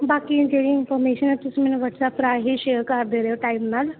ਬਾਕੀ ਜਿਹੜੀ ਇਨਫਾਰਮੇਸ਼ਨ ਤੁਸੀਂ ਮੈਨੂੰ ਵਟਸਐਪ ਰਾਹੀਂ ਸ਼ੇਅਰ ਕਰਦੇ ਰਹਿਓ ਟਾਈਮ ਨਾਲ